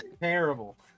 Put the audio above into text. Terrible